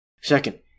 Second